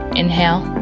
inhale